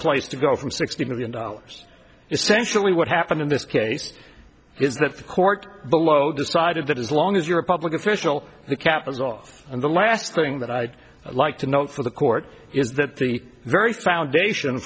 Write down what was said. place to go from sixty million dollars essentially what happened in this case is that the court below decided that as long as you're a public official the cap is off and the last thing that i'd like to note for the court is that the very foundation